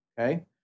Okay